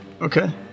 Okay